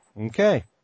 Okay